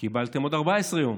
קיבלתם עוד 14 יום,